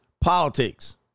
politics